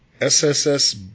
SSS